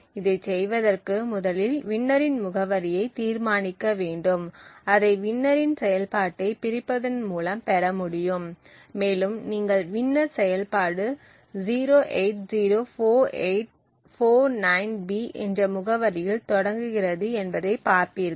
இதைச் செய்வதற்கு முதலில் வின்னரின் முகவரியை தீர்மானிக்க வேண்டும் அதை வின்னரின் செயல்பாட்டை பிரிப்பதன் மூலம் பெற முடியும் மேலும் நீங்கள் வின்னர் செயல்பாடு 0804849B என்ற முகவரியில் தொடங்குகிறது என்பதை பார்ப்பீர்கள்